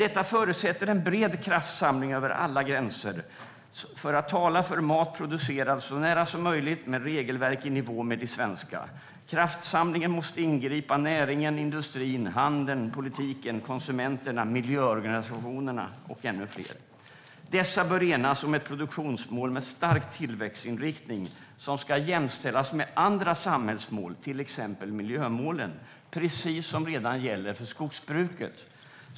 Detta förutsätter dock en bred kraftsamling över alla gränser för att tala för mat producerad så nära som möjligt med regelverk i nivå med de svenska. Kraftsamlingen måste inbegripa näringen, industrin, handeln, politiken, konsumenterna, miljöorganisationerna och ännu fler. Dessa bör enas om ett produktionsmål med stark tillväxtinriktning som ska jämställas med andra samhällsmål, till exempel miljömålen - precis som redan gäller för skogsbruket.